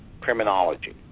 criminology